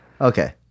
okay